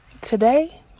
Today